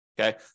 Okay